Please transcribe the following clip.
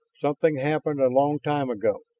something happened a long time ago.